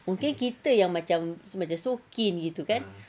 mungkin kita pun macam macam so keen gitu kan